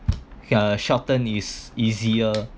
ya shorten is easier